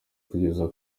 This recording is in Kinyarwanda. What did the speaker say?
kugeza